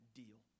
deal